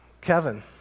Kevin